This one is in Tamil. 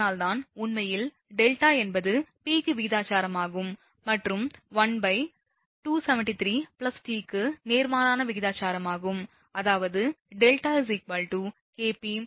அதனால்தான் உண்மையில் δ என்பது p க்கு விகிதாசாரமாகும் மற்றும் 1273t க்கு நேர்மாறான விகிதாசாரமாகும் அதாவது δ k p 273t